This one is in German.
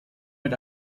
mit